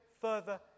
further